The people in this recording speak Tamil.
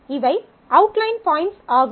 இவை அவுட்லைன் பாயிண்ட்ஸ் ஆகும்